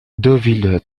deauville